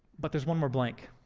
but there's one more blank